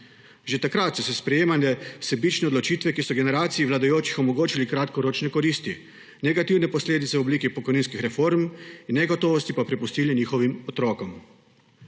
Že takrat so se sprejemale sebične odločitve, ki so generaciji vladajočih omogočili kratkoročne koristi, negativne posledice v obliki pokojninskih reform in negotovosti pa prepustili njihovim otrokom.